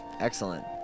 Excellent